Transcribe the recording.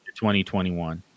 2021